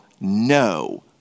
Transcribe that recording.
no